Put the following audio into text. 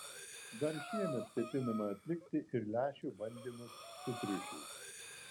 dar šiemet ketinama atlikti ir lęšių bandymus su triušiais